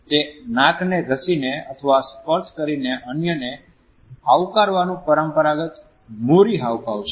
તે નાકને ઘસીને અથવા સ્પર્શ કરીને અન્યને આવકારવાનું પરંપરાગત મોરી હાવભાવ છે